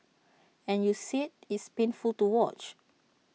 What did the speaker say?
and you said it's painful to watch